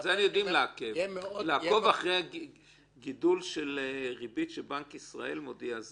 לעקוב אחרי הריבית שבנק ישראל מודיע,